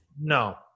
No